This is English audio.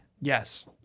Yes